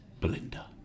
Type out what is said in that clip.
Belinda